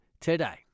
today